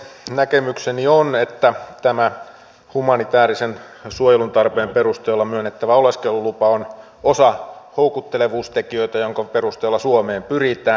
näkemykseni on että tämä humanitäärisen suojelun tarpeen perusteella myönnettävä oleskelulupa on osa houkuttelevuustekijöitä joiden perusteella suomeen pyritään